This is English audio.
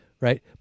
right